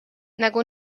nagu